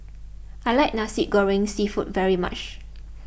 I like Nasi Goreng Seafood very much